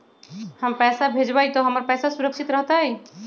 हम पैसा भेजबई तो हमर पैसा सुरक्षित रहतई?